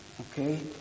okay